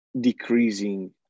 decreasing